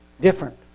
different